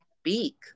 speak